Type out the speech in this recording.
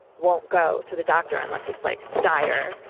won't go to the doctor unless it's like dire,